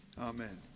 Amen